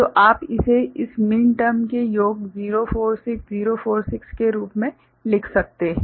तो आप इसे इन मीन टर्म्स के योग 0 4 6 0 4 6 के रूप में लिख सकते हैं